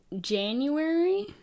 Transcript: January